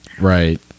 Right